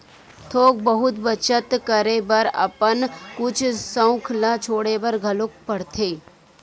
थोक बहुत बचत करे बर अपन कुछ सउख ल छोड़े बर घलोक परथे